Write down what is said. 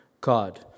God